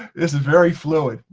this is very fluid.